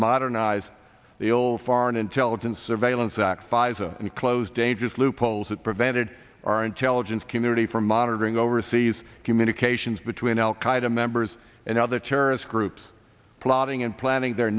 modernize the old foreign intelligence surveillance act pfizer and close dangerous loopholes that prevented our intelligence community from monitoring overseas communications between al qaeda members and other terrorist groups plotting and planning their